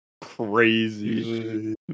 crazy